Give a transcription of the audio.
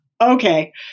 okay